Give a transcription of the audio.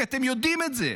כי אתם יודעים את זה,